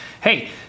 hey